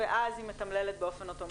ואז היא מתמללת באופן אוטומטי.